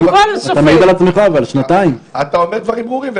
אתה אומר דברים ברורים,